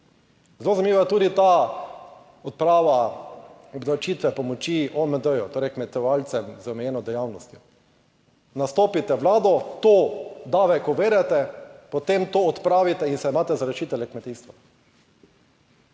Zelo zanimiva je tudi ta odprava obdavčitve pomoči OMD, torej kmetovalcem z omejeno dejavnostjo. Nastopite Vlado, davek uvedete, potem to odpravite in se imate za rešitelje kmetijstva.